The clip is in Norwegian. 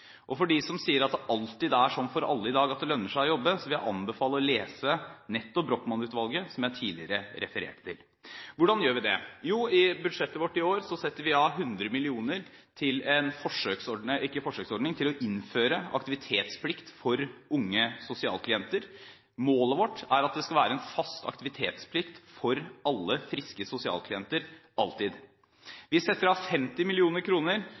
For dem som sier at det er slik for alle i dag at det lønner seg å jobbe, anbefaler jeg å lese nettopp Brochmann-utvalgets rapport, som jeg tidligere refererte til. Hvordan gjør vi det? Jo, i budsjettet vårt i år setter vi av 100 mill. kr til å innføre aktivitetsplikt for unge sosialklienter. Målet vårt er at det skal være en fast aktivitetsplikt for alle friske sosialklienter – alltid. Vi setter av 50